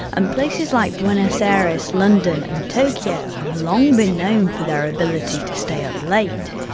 and places like buenos aires, london and tokyo have long been known for their ability to stay up late.